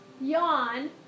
yawn